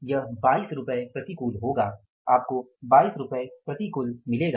यह 22 रुपये प्रतिकूल होगा यह 22 प्रतिकूल होगा